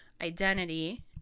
identity